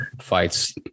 fights